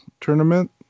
tournament